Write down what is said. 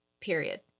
period